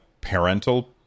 parental